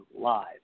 live